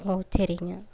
ம் சரிங்க